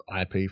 IP